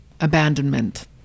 abandonment